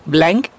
Blank